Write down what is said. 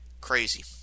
crazy